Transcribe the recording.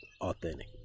authentic